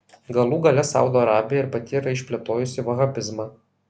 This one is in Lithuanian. galų gale saudo arabija ir pati yra išplėtojusi vahabizmą